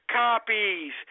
copies